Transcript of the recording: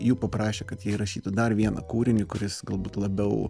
jų paprašė kad jie įrašytų dar vieną kūrinį kuris galbūt labiau